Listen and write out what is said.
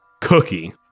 cookie